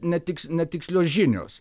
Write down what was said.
netiks netikslios žinios